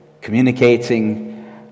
communicating